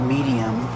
Medium